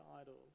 idols